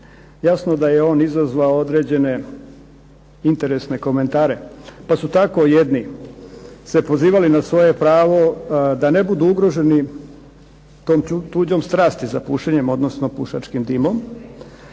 jasno da je on izazvao neke interesne komentare. Pa tako su se jedni pozivali na svoje pravo da ne budu ugroženi tuđom strasti za pušenjem, odnosno pušačkim dimom,